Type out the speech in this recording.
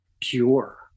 pure